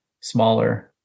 smaller